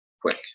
quick